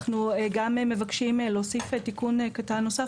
אנחנו גם מבקשים להוסיף תיקון קטן נוסף